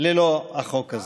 ללא החוק הזה.